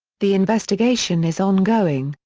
the investigation is ongoing,